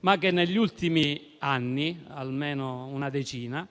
che però negli ultimi anni, almeno una decina,